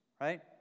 right